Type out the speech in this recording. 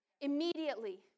immediately